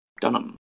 Dunham